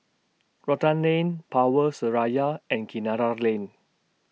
Rotan Lane Power Seraya and Kinara Lane